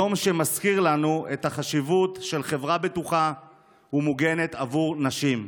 זה יום שמזכיר לנו את החשיבות של חברה בטוחה ומוגנת עבור נשים,